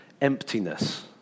emptiness